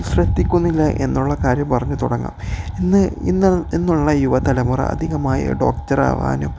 ശ്രദ്ധിക്കുന്നില്ലെന്നുള്ള കാര്യം പറഞ്ഞുതുടങ്ങാം ഇന്ന് ഇന്ന് ഇന്നുള്ള യുവതലമുറ അധികമായി ഡോക്ടറാകാനും